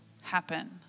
happen